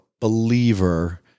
believer